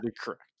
correct